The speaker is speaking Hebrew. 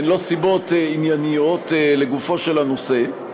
הן לא סיבות ענייניות לגופו של הנושא.